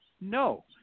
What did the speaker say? No